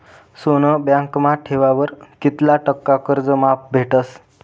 सोनं बँकमा ठेवावर कित्ला टक्का कर्ज माफ भेटस?